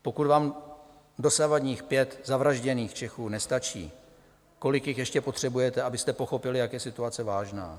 Pokud vám dosavadních pět zavražděných Čechů nestačí, kolik jich ještě potřebujete, abyste pochopili, jak je situace vážná?